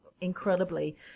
incredibly